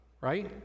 right